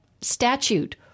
statute